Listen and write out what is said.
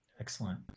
excellent